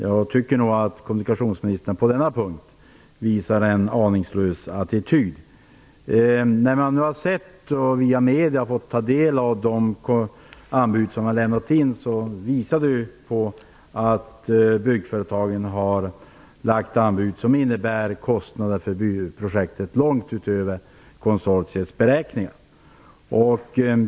Jag tycker nog att kommunikationsministern på denna punkt visar en aningslös attityd. När man nu via medierna har fått ta del av de anbud som har lämnats in, visar det sig att byggföretagen har lagt anbud som innebär kostnader för byggprojektet långt utöver konsortiets beräkningar.